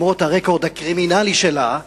למרות הרקורד הקרימינלי שלה,